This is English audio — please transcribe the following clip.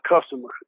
customer